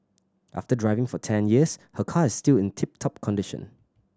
after driving for ten years her car is still in tip top condition